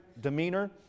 demeanor